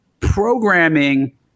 programming